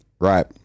Right